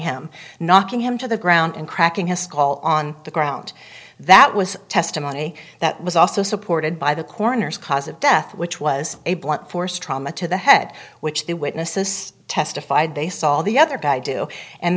him knocking him to the ground and cracking his call on the ground that was testimony that was also supported by the coroner's cause of death which was a blunt force trauma to the head which the witnesses testified they saw the other guy do and